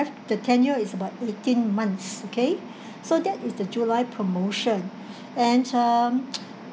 the tenure is about eighteen months okay so that is the july promotion and um